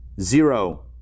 zero